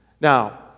Now